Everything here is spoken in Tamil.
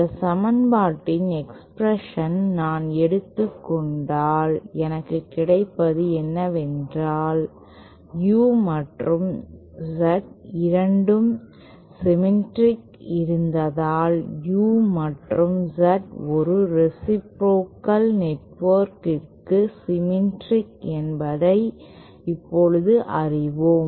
இந்த சமன்பாட்டின் டிரான்ஸ்போஸ் நான் எடுத்துக் கொண்டால் எனக்கு கிடைப்பது என்னவென்றால் U மற்றும் Z இரண்டும் சிம்மேற்றிக் இருந்தால் U மற்றும் Z ஒரு ரேசிப்ரோகல் நெட்வொர்க்கிற்கு சிம்மேற்றிக் என்பதை இப்போது அறிவோம்